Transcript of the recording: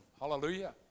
Hallelujah